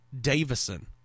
Davison